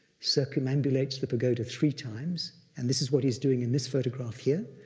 circumambulates the pagoda three times, and this is what he's doing in this photograph here.